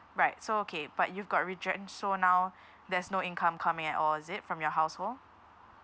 right so okay but you've got retrenched so now there's no income coming at all is it from your household